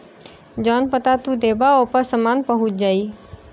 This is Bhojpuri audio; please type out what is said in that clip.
जौन पता तू देबा ओपर सामान पहुंच जाई